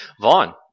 Vaughn